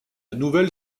nouvelle